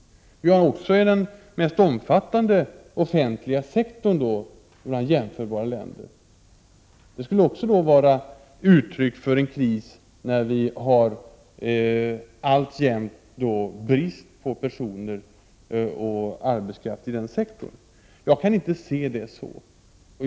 Vi har också den mest offentliga sektorn i jämförbara länder, Det skulle då också vara ett uttryck för en kris, när vi alltjämt har brist på arbetskraft inom den sektorn. Jag kan inte se det så.